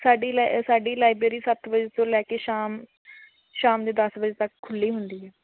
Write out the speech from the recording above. ਸਾਡੀ ਲਾਇ ਸਾਡੀ ਲਾਇਬ੍ਰੇਰੀ ਸੱਤ ਵਜੇ ਤੋਂ ਲੈ ਕੇ ਸ਼ਾਮ ਸ਼ਾਮ ਦੇ ਦਸ ਵਜੇ ਤੱਕ ਖੁੱਲ੍ਹੀ ਹੁੰਦੀ ਹੈ